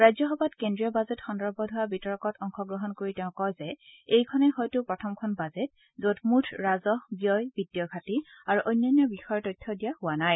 ৰাজ্যসভাত কেজ্ৰীয় বাজেট সন্দৰ্ভত হোৱা বিতৰ্কত অংশগ্ৰহণ কৰি তেওঁ কয় যে এইখনেই হয়তো প্ৰথমখন বাজেট যত মূঠ ৰাজহ ব্যয় বিণ্ডীয় ঘাটি আৰু অন্যান্য বিষয়ৰ তথ্য দিয়া হোৱা নাই